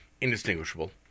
indistinguishable